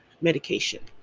medication